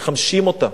מחמשים אותה.